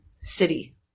City